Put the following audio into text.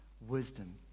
Wisdom